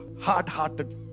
hard-hearted